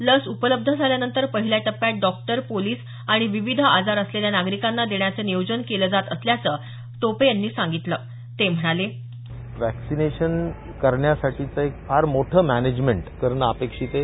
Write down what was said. लस उपलब्ध झाल्यानंतर पहिल्या टप्प्यात डॉक्टर पोलीस आणि विविध आजार असलेल्या नागरिकांना देण्याचं नियोजन केलं जात असल्याचं त्यांनी सांगितलं ते म्हणाले वॅक्सिनेशन करण्यासाठीचं एक फार मोठं मॅनेजमेंट करणं अपेक्षित आहे